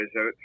out